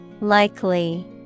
Likely